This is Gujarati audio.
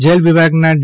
જેલ વિભાગના ડી